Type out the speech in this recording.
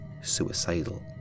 suicidal